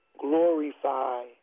glorify